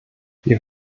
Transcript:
wir